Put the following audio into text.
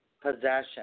possession